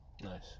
Nice